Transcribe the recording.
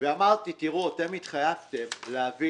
ואמרתי שאתם התחייבתם להביא